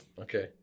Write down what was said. Okay